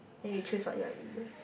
then you choose what you want eat there